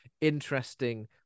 interesting